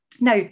now